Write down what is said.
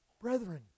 Brethren